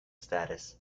status